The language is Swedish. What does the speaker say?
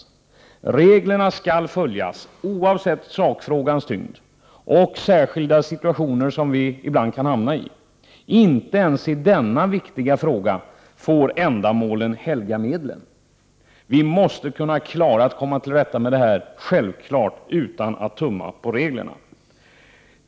119 Reglerna skall följas, oavsett sakfrågans tyngd och de särskilda situationer som vi ibland kan hamnai. Inte ens i denna viktiga fråga får ändamålen helga medlen. Vi måste kunna klara av att komma till rätta med det här — självfallet utan att tumma på reglerna.